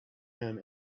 him